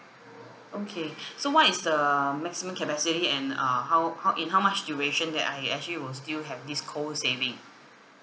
okay so what is the maximum capacity and uh how how in how much duration that I actually will still have this co saving